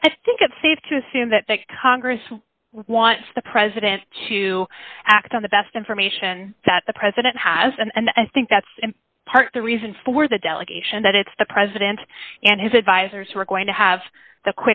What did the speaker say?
i think it's safe to assume that the congress wants the president to act on the best information that the president has and i think that's in part the reason for the delegation that it's the president and his advisors who are going to have the